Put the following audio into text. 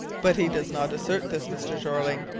but he does not assert this, mr. jeorling!